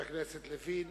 תודה לחבר הכנסת לוין.